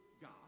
God